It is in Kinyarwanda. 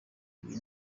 ibi